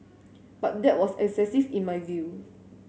but that was excessive in my view